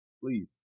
Please